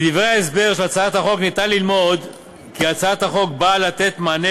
מדברי ההסבר להצעת החוק אפשר ללמוד כי הצעת החוק נועדה לתת מענה